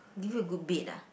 give you a good bed ah